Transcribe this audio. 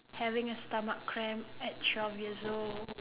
having a stomach cramp at twelve years old